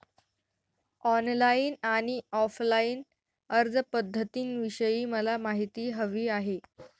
online आणि offline अर्जपध्दतींविषयी मला माहिती हवी आहे